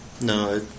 No